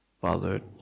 bothered